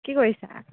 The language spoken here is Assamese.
কি কৰিছা